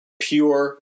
pure